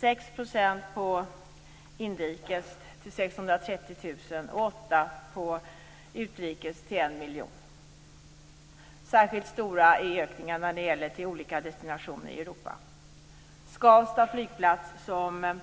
Antalet passagerare ökade med 6 % på inrikesflyget till 630 000 och med 8 % på utrikesflyget till 1 miljon. Särskilt stora är ökningarna till olika destinationer i Europa. Skavsta flygplats, som